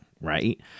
right